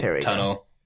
tunnel